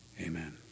Amen